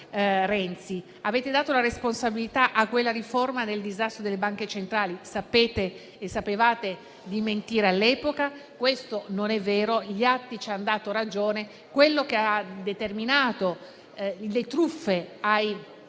Avete dato la responsabilità a quella riforma del disastro delle banche centrali. Sapete di mentire e sapevate di farlo anche all'epoca. Questo non è vero, gli atti ci hanno dato ragione: quello che ha determinato le truffe ai cittadini